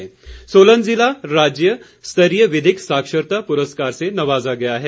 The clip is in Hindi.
विधिक साक्षरता सोलन जिला राज्य स्तरीय विधिक साक्षरता पुरस्कार से नवाजा गया है